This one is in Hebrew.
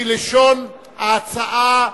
כלשון ההצעה,